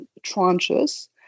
tranches